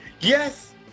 Yes